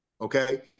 okay